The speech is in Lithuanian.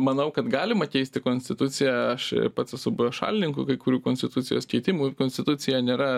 manau kad galima keisti konstituciją aš pats esu buvęs šalininku kai kurių konstitucijos keitimų konstitucija nėra